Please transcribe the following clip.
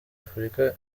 afurika